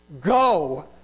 Go